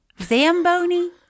Zamboni